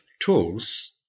tools